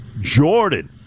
Jordan